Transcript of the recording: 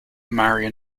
marion